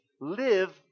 live